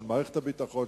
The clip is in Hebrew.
של מערכת הביטחון,